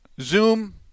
Zoom